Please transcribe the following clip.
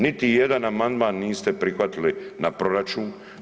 Niti jedan amandman niste prihvatili na proračun.